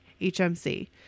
HMC